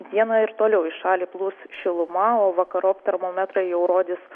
dieną ir toliau į šalį plūs šiluma o vakarop termometrai jau rodys